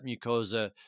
mucosa